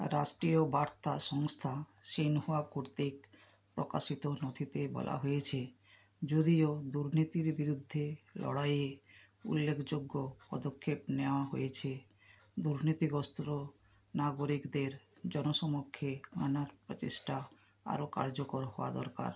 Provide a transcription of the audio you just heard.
রাষ্ট্রীয় বার্তা সংস্থা শিনহুয়া কর্তৃক প্রকাশিত নথিতে বলা হয়েছে যদিও দুর্নীতির বিরুদ্ধে লড়াইয়ে উল্লেখযোগ্য পদক্ষেপ নেওয়া হয়েছে দুর্নীতিগ্রস্ত নাগরিকদের জনসমক্ষে আনার প্রচেষ্টা আরও কার্যকর হওয়া দরকার